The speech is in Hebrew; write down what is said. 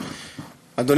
הכנסת.